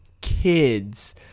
kids